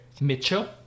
Mitchell